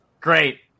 Great